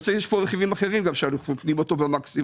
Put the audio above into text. יש כאן גם רכיבים אחרים שאנחנו נותנים אותם במקסימום.